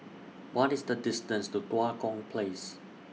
What IS The distance to Tua Kong Place